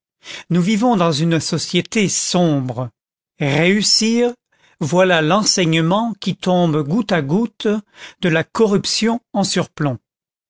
nous vivons dans une société sombre réussir voilà l'enseignement qui tombe goutte à goutte de la corruption en surplomb